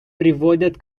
приводят